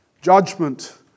judgment